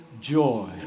joy